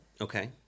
Okay